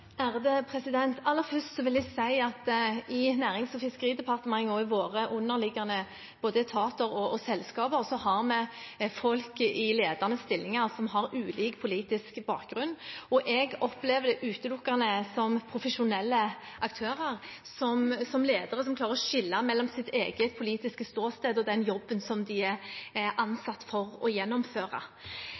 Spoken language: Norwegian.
Aller først vil jeg si at både i Nærings- og fiskeridepartementet og i våre underliggende etater og selskaper har vi folk med ulik politisk bakgrunn i ledende stillinger. Jeg opplever dem utelukkende som profesjonelle aktører, som ledere som klarer å skille mellom sitt eget politiske ståsted og den jobben de er ansatt for å gjennomføre.